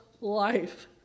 life